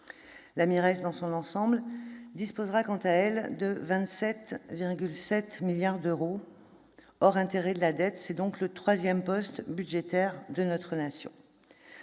La MIRES, dans son ensemble, disposera de 27,7 milliards d'euros, hors intérêts de la dette. C'est donc le troisième poste budgétaire de notre nation.